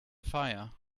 fire